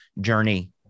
Journey